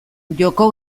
joko